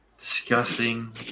discussing